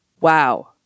Wow